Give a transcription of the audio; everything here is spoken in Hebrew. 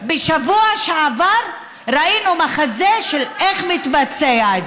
בשבוע שעבר ראינו מחזה של איך זה מתבצע.